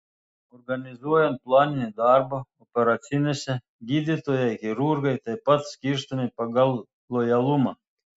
organizuojant planinį darbą operacinėse gydytojai chirurgai taip pat skirstomi pagal lojalumą